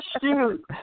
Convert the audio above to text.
Shoot